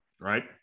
Right